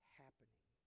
happening